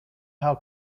how